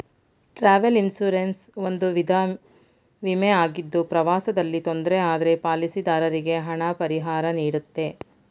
travel insurance ಒಂದು ವಿಧ ವಿಮೆ ಆಗಿದ್ದು ಪ್ರವಾಸದಲ್ಲಿ ತೊಂದ್ರೆ ಆದ್ರೆ ಪಾಲಿಸಿದಾರರಿಗೆ ಹಣ ಪರಿಹಾರನೀಡುತ್ತೆ